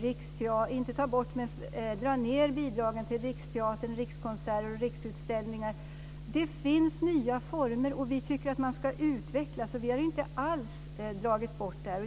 Riksteatern, Rikskonserter och Riksutställningar. Det finns nya former, och vi vill att sådana ska utvecklas. Vi har inte alls sagt nej.